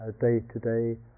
day-to-day